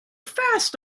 fast